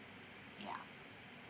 yeah